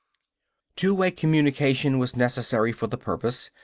two-way communication was necessary for the purpose,